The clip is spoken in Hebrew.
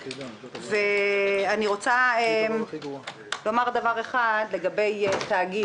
אני רוצה לומר דבר אחד לגבי תאגיד,